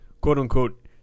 quote-unquote